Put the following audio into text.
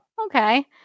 okay